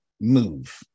move